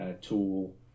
tool